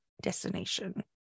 destination